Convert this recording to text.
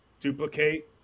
duplicate